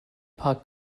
paar